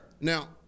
Now